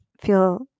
feel